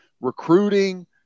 recruiting